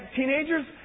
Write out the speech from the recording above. teenagers